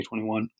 2021